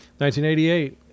1988